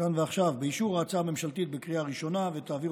כאן ועכשיו באישור ההצעה הממשלתית בקריאה ראשונה ותעביר